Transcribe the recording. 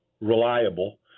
reliable